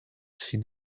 seen